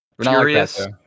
Curious